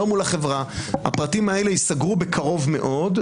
לא מול החברה הפרטים האלה ייסגרו בקרוב מאוד.